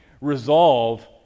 Resolve